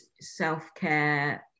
self-care